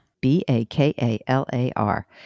B-A-K-A-L-A-R